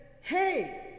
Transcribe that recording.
hey